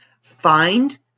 find